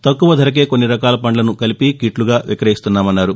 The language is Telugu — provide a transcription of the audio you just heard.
తక్కువ ధరకే కొన్ని రకాల పండ్లను కలిపి కిట్లుగా విక్రయిస్తున్నామన్నారు